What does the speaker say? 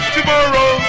tomorrow